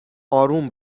آروم